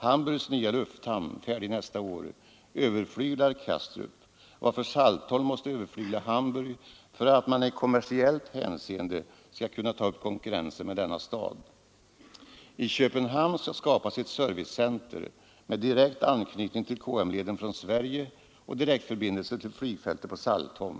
Hamburgs nya lufthamn — färdig nästa år — överflyglar Kastrup, varför Saltholm måste överflygla Hamburg för att man i kommersiellt hänseende skall kunna ta upp konkurrensen med denna stad. I Köpenhamn skall skapas ett servicecenter med direkt anknytning till KM-leden från Sverige och direktförbindelser till flygfältet på Saltholm.